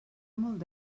molt